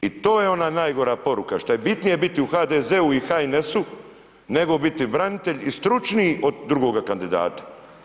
I to je ona najgora poruka, šta je bitnije biti u HDZ-u i HNS-u, nego biti branitelj i stručniji od drugoga kandidata.